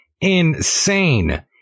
insane